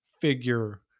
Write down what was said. figure